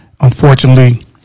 Unfortunately